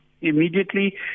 immediately